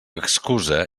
excusa